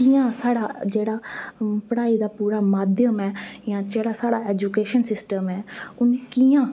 कियां जेह्ड़ा साढ़ा माध्यम ऐ जां साढ़ा ऐजूकेशन सिस्टम ऐ ओह् कियां